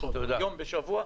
יום בשבוע.